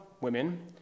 women